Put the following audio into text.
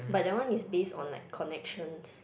but that one is based on like connections